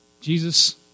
Jesus